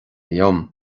liom